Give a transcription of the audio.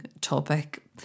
topic